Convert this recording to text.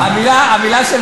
אני ראש הממשלה,